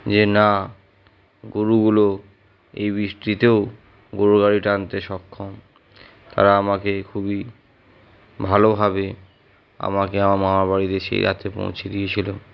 যে না গরুগুলো এই বৃষ্টিতেও গরুর গাড়ি টানতে সক্ষম তারা আমাকে খুবই ভালোভাবে আমাকে আমার মামারবাড়িতে সেই রাত্রে পৌঁছে দিয়েছিল